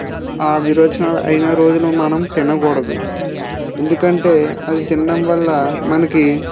ఆ విరేచనాలు అయిన రోజులో మనం తినకూడదు ఎందుకంటే అది తినడం వల్ల మనకి